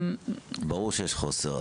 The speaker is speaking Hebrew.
ברור שיש חוסר.